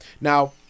Now